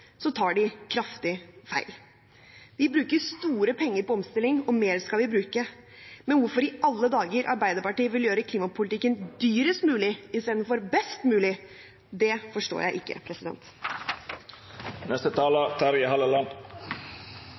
tar de kraftig feil. Vi bruker store penger på omstilling, og mer skal vi bruke. Hvorfor i alle dager Arbeiderpartiet vil gjøre politikken dyrest mulig i stedet for best mulig, det forstår jeg ikke.